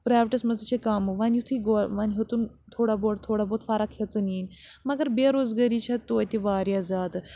پرٛیویٹَس منٛز تہِ چھِ کَم وَنۍ یُتھُے گوٚو وَنۍ ہیوٚتُن تھوڑا گوٚڑ تھوڑا بہت فَرَق ہیٚژٕن یِنۍ مگر بے روزگٲری چھےٚ توتہِ واریاہ زیادٕ